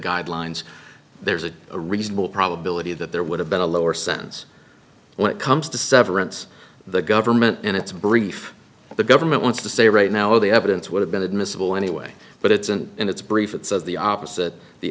guidelines there's a reasonable probability that there would have been a lower sense when it comes to severance the government in its brief the government wants to say right now all the evidence would have been admissible anyway but it isn't in its brief it says the opposite the